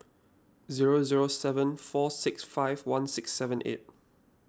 zero zero seven four six five one six seven eight